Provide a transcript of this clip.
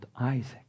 Isaac